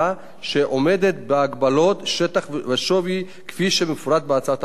שעומדת בהגבלות שטח ושווי כפי שמפורט בהצעת החוק,